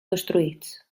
destruïts